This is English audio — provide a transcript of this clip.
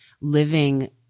living